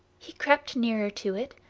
he crept nearer to it,